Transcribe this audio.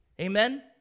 amen